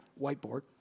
Whiteboard